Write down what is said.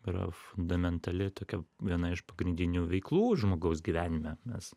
yra fundamentali tokia viena iš pagrindinių veiklų žmogaus gyvenime nes